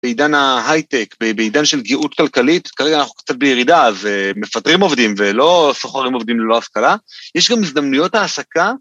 בעידן ההייטק, בעידן של גאות כלכלית, כרגע אנחנו קצת בירידה ומפטרים עובדים ולא שוכרים עובדים ללא השכלה, יש גם הזדמנויות העסקה...